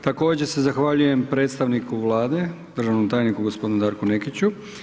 Također se zahvaljujem predstavniku Vlade državnom tajniku gospodinu Darku Nekiću.